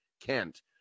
Kent